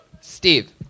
Steve